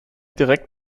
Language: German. direkt